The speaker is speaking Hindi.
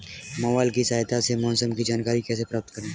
मोबाइल की सहायता से मौसम की जानकारी कैसे प्राप्त करें?